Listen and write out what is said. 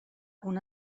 una